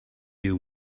you